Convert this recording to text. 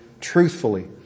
truthfully